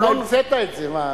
אתה המצאת את זה.